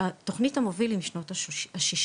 תכנית המוביל היא משנות ה-60,